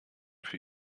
für